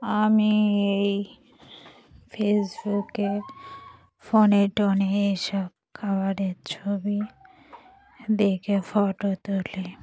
আমি এই ফেসবুকে ফোনে টোনে এইসব খাবারের ছবি দেখে ফটো তুলি